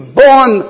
born